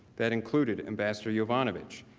that included ambassador yovanovitch,